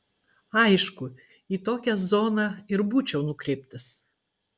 aišku į tokią zoną ir būčiau nukreiptas